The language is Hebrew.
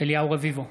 אליהו רביבו,